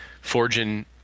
forging